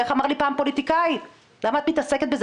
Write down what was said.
ואיך אמר לי פעם פוליטיקאי למה אתה מתעסקת בזה?